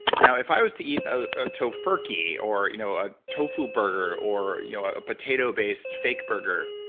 now, if i was to eat a tofurkey, or you know a tofu burger, or you know a potato based fake burger,